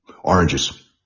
Oranges